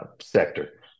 sector